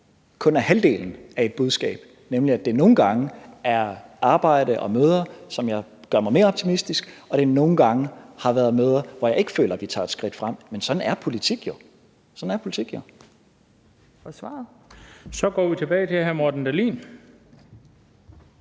kun er halvdelen af et budskab, nemlig at der nogle gange er arbejde og møder, som gør mig mere optimistisk, og at der nogle gange har været møder, hvor jeg ikke føler at vi tager et skridt frem. Men sådan er politik jo. Kl. 17:05 Den fg. formand (Bent Bøgsted): Så går vi tilbage til hr. Morten Dahlin.